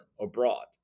abroad